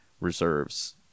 reserves